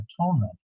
atonement